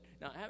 Now